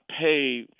pay